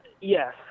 Yes